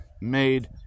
made